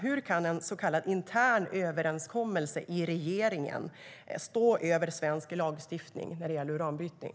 Hur kan en så kallad intern överenskommelse inom regeringen stå över svensk lagstiftning när det gäller uranbrytning?